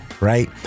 Right